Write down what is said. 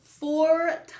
four